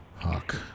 Fuck